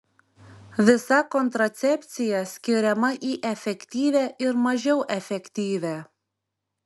visa kontracepcija skiriama į efektyvią ir mažiau efektyvią